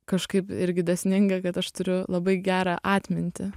kažkaip irgi dėsninga kad aš turiu labai gerą atmintį